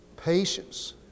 Patience